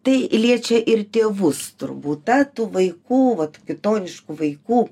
tai liečia ir tėvus turbūt ta tų vaikų vat kitoniškų vaikų